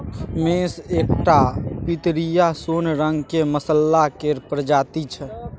मेस एकटा पितरिया सोन रंगक मसल्ला केर प्रजाति छै